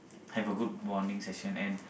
have a good bonding session and